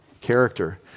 character